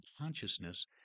consciousness